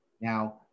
Now